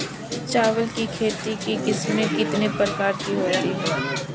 चावल की खेती की किस्में कितने प्रकार की होती हैं?